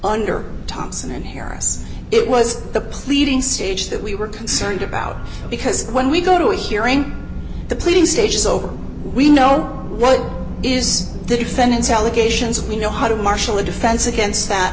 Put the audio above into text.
under thompson and harris it was the pleading stage that we were concerned about because when we go to a hearing the pleading stage is over we know what is the defendant's allegations we know how to marshal a defense against that